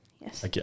Yes